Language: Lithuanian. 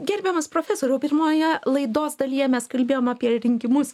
gerbiamas profesoriau pirmoje laidos dalyje mes kalbėjom apie rinkimus